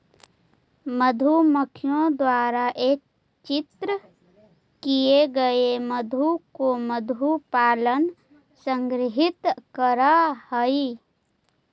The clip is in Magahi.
मधुमक्खियों द्वारा एकत्रित किए गए मधु को मधु पालक संग्रहित करअ हई